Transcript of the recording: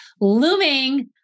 looming